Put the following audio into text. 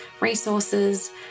resources